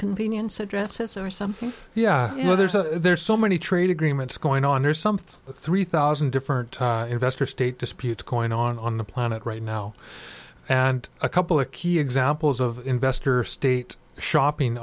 convenience addresses or something yeah you know there's a there's so many trade agreements going on there's something like three thousand different investor state dispute going on on the planet right now and a couple of key examples of investor state shopping